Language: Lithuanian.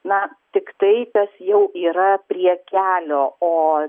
na tiktai kas jau yra prie kelio o